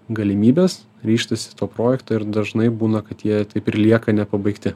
galimybes ryžtasi to projekto ir dažnai būna kad jie taip ir lieka nepabaigti